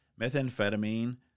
Methamphetamine